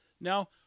Now